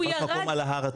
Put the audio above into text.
הוא תפס מקום על ההר עצמו.